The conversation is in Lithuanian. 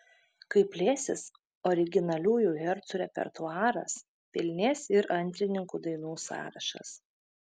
kai plėsis originaliųjų hercų repertuaras pilnės ir antrininkų dainų sąrašas